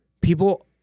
people